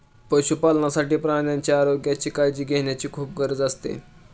पशुपालनासाठी प्राण्यांच्या आरोग्याची काळजी घेण्याची खूप गरज असते